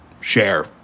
share